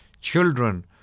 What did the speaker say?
children